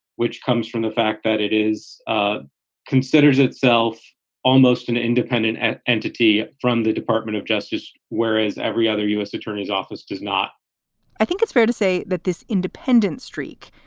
which comes from the fact that it is ah considers itself almost an independent and entity from the department of justice, whereas every other u s. attorney's office does not i think it's fair to say that this independent streak,